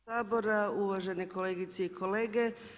Sabora, uvažene kolegice i kolege.